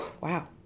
wow